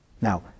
Now